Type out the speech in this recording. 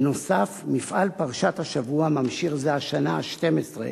בנוסף, מפעל "פרשת השבוע" ממשיך זו השנה ה-12,